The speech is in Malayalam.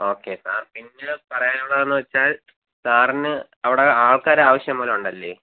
ഓക്കേ സാർ പിന്നെ പറയാനുള്ളതെന്ന് വെച്ചാൽ സാറിന് അവിടെ ആൾക്കാരെ ആവശ്യം പോലെ ഉണ്ടല്ലേ